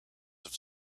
have